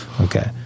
Okay